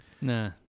Nah